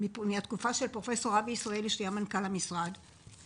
מהתקופה שבה אבי ישראלי היה מנכ"ל המשרד לגבי